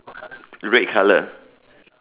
red colour